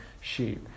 sheep